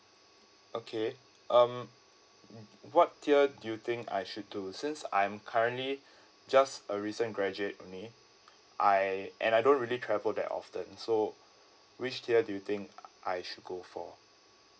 okay um mm what tier do you think I should do since I'm currently just a recent graduate only I and I don't really travel that often so which tier do you think I should go for